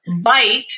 bite